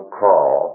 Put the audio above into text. call